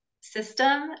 system